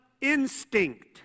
instinct